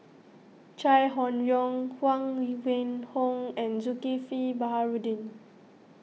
Chai Hon Yoong Huang Wenhong and Zulkifli Baharudin